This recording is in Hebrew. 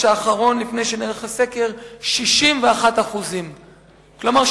האחרון לפני שנערך הסקר היה 61%. כלומר,